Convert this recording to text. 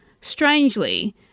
Strangely